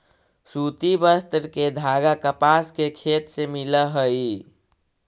सूति वस्त्र के धागा कपास के खेत से मिलऽ हई